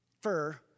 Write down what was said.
fur